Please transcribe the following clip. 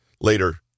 Later